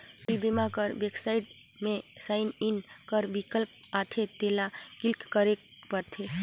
फसिल बीमा कर बेबसाइट में साइन इन कर बिकल्प आथे तेला क्लिक करेक परथे